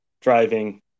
driving